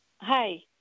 Hi